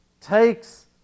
takes